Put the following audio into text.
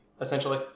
essentially